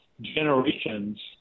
generations